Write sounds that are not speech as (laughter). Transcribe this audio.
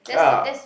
(noise) yeah